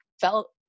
felt